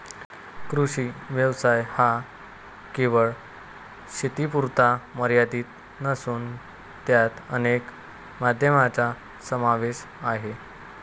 कृषी व्यवसाय हा केवळ शेतीपुरता मर्यादित नसून त्यात अनेक माध्यमांचा समावेश आहे